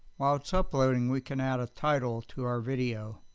while it's uploading we can add a title to our video.